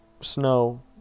snow